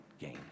gain